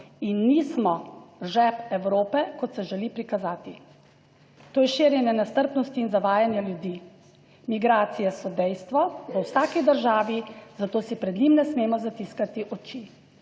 in nismo žep Evrope, kot se želi prikazati. To je širjenje nestrpnosti in zavajanja ljudi. Migracije so dejstvo, v vsaki državi, zato si pred njim ne smemo zatiskati oči,